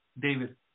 David